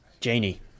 Janie